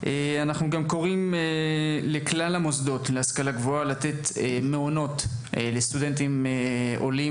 קוראים לכלל המוסדות להשכלה גבוהה לתת מעונות לסטודנטים עולים,